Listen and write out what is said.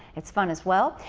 it's fun as well.